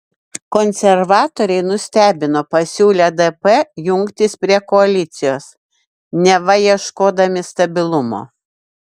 konservatoriai nustebino pasiūlę dp jungtis prie koalicijos neva ieškodami stabilumo